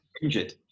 injured